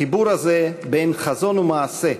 החיבור הזה בין חזון ומעשה,